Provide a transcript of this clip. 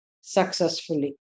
successfully